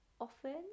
often